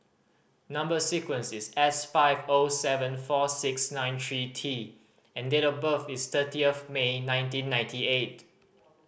number sequence is S five O seven four six nine three T and date of birth is thirtieth May nineteen ninety eight